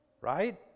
right